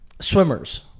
swimmers